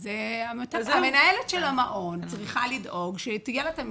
אז המנהלת של המעון צריכה לדאוג שיהיה לה תלמיד